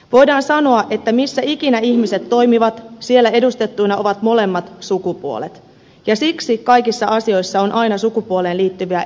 voidaan sanoa että missä ikinä ihmiset toimivat siellä edustettuina ovat molemmat sukupuolet ja siksi kaikissa asioissa on aina sukupuoleen liittyviä erityispiirteitä